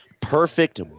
perfect